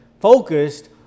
focused